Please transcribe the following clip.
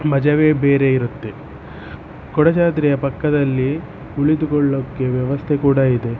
ಮಜವೇ ಬೇರೆ ಇರುತ್ತೆ ಕೊಡಚಾದ್ರಿಯ ಪಕ್ಕದಲ್ಲಿ ಕುಳಿತುಕೊಳ್ಳೋಕ್ಕೆ ವ್ಯವಸ್ಥೆ ಕೂಡ ಇದೆ